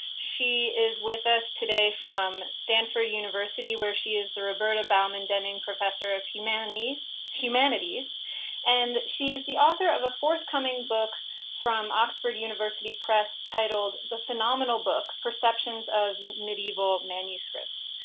she is with us today from stanford university, where she is the roberta bowman denning professor of humanities. and she is the author of a forthcoming book from oxford university press, titled the phenomenal book perceptions of medieval manuscripts.